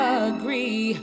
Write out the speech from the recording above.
agree